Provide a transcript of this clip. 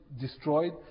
destroyed